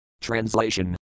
Translation